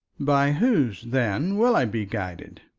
by whose, then, will i be guided?